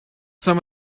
some